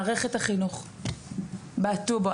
מערכת החינוך בעטו בו.